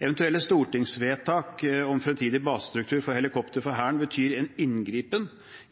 Eventuelle stortingsvedtak om en fremtidig basestruktur for helikoptre for Hæren betyr en inngripen